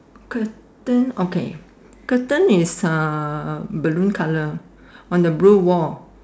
curtain okay curtain is uh balloon colour on the blue wall